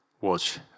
Watch